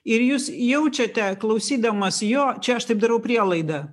ir jūs jaučiate klausydamas jo čia aš taip darau prielaidą